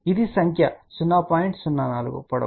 04" పొడవు